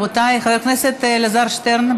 חבר הכנסת אלעזר שטרן,